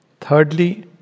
thirdly